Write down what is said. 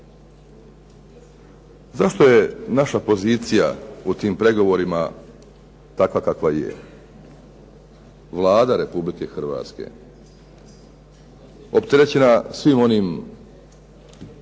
Zašto je naša pozicija u tim pregovorima takva kakva je? Vlada Republike Hrvatska opterećena svim onim medijskim